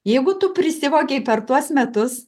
jeigu tu prisivogei per tuos metus